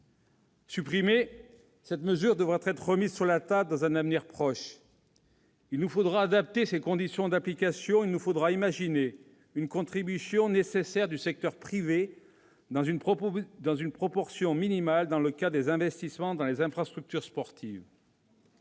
Supprimée, cette mesure devra être remise sur la table dans un avenir proche. Il nous faudra adapter ses conditions d'application et imaginer une contribution nécessaire du secteur privé dans une proportion minimale, dans le cadre des investissements dans les infrastructures sportives.